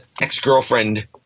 ex-girlfriend